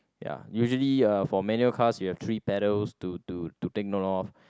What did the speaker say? ya usually uh for manual cars you have three pedals to to to take note of